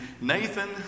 Nathan